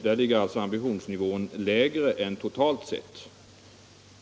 Där ligger alltså ambitionsnivån lägre än totalt sett.